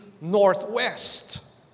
northwest